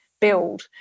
build